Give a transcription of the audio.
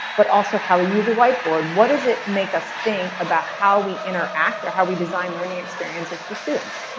but also how we use a whiteboard what does it make us think about how we interact or how we design learning experiences with students?